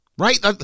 Right